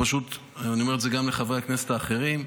אני אומר את זה גם לחברי הכנסת האחרים,